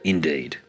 Indeed